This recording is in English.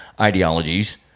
ideologies